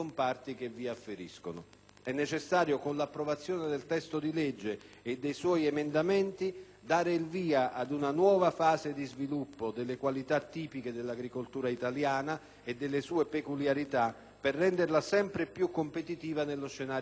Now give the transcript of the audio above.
È necessario, con l'approvazione del testo di legge e dei suoi emendamenti, dare il via ad una nuova fase di sviluppo delle qualità tipiche dell'agricoltura italiana e delle sue peculiarità, per renderla sempre più competitiva nello scenario globale.